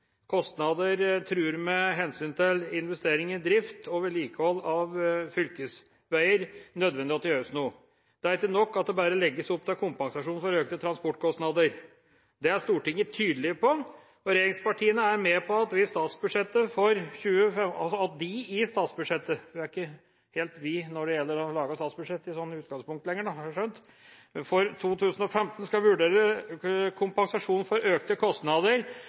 kostnader truer med hensyn til investering i drift og vedlikehold av fylkesveier, nødvendig at det gjøres noe. Det er ikke nok at det bare legges opp til kompensasjon for økte transportkostnader. Det er Stortinget tydelig på, og regjeringspartiene er med på at de – når det gjelder å lage statsbudsjettet, er det i utgangspunktet ikke «vi» lenger, har jeg skjønt – i statsbudsjettet for 2015 skal vurdere kompensasjon for økte kostnader